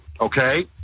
okay